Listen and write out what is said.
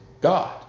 God